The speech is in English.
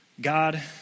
God